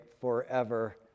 forever